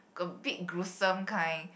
a bit gruesome kind